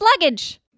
luggage